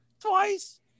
Twice